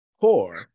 poor